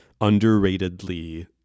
underratedly